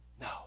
No